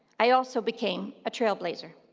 i also became a trailblazer.